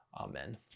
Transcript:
amen